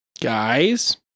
Guys